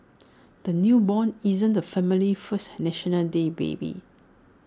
the newborn isn't the family's first National Day baby